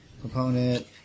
Component